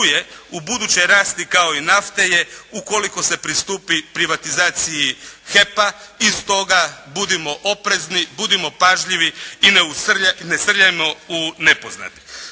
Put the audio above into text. ubuduće rasti kao i nafte je, ukoliko se pristupi privatizaciji HEP-a i stoga budimo oprezni, budimo pažljivi i ne srljajmo u nepoznato.